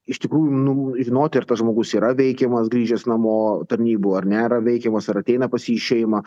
iš tikrųjų nu žinoti ar tas žmogus yra veikiamas grįžęs namo tarnybų ar nėra veikiamas ar ateina pas jį į šeimą